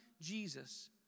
Jesus